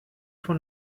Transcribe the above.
for